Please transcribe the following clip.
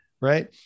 right